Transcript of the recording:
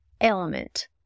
element